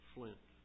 Flint